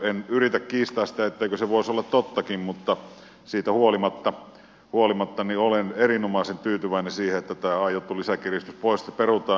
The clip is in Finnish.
en yritä kiistää sitä etteikö se voisi olla tottakin mutta siitä huolimatta olen erinomaisen tyytyväinen siihen että tämä aiottu lisäkiristys perutaan